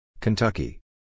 Kentucky